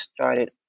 started